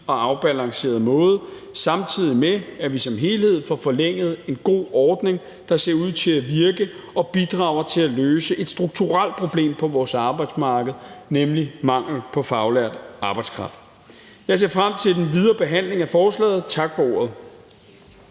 og afbalanceret måde, samtidig med at vi som helhed får forlænget en god ordning, der ser ud til at virke, og som bidrager til at løse et strukturelt problem på vores arbejdsmarked, nemlig mangel på faglært arbejdskraft. Jeg ser frem til den videre behandling af forslaget. Tak for ordet.